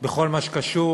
בכל מה שקשור